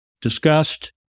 discussed